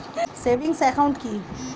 Savings account কি?